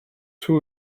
two